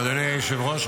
--- אדוני היושב-ראש,